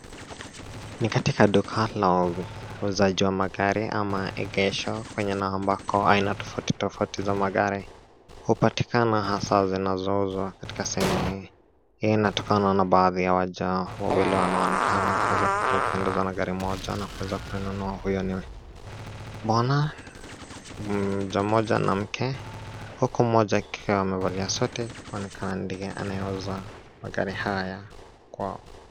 Ni katika duka la uzaji wa magari ama egesha kwenye kuna ambako aina tofauti tofauti za magari hupatikana hasa zinazouzwa katika sehemu hii. Hii inatokana na baadhi ya waja wawili wanaonekana kuweza kupendezwa na gari moja na kuweza kununua huyoni, mbona mja mmoja na mwanmke huku mmoja akiwa ame valia suti kuonekana kuwa ndiye ana uza magari haya kwao.